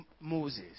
Moses